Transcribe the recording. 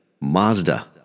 Mazda